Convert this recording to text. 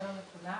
שלום לכולם.